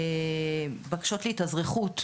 בקשות להתאזרחות,